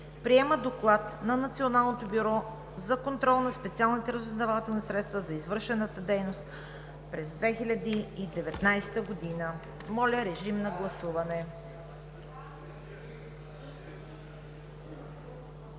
Приема Доклад на Националното бюро за контрол на специалните разузнавателни средства за извършената дейност през 2019 г.“ Моля, режим на гласуване.